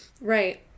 Right